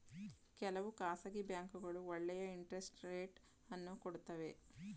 ಕೆಲವು ಖಾಸಗಿ ಬ್ಯಾಂಕ್ಗಳು ಒಳ್ಳೆಯ ಇಂಟರೆಸ್ಟ್ ರೇಟ್ ಅನ್ನು ಕೊಡುತ್ತವೆ